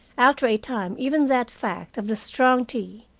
after a time even that fact, of the strong tea,